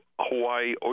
Hawaii